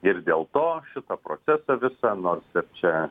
ir dėl to šitą procesą visą nors čia